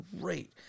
great